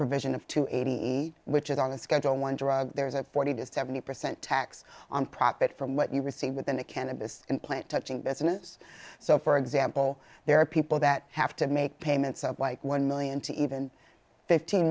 provision of to eighty which is on a schedule one drug there's a forty to seventy percent tax on profit from what you receive within a cannabis implant touching business so for example there are people that have to make payments of like one million to even fifteen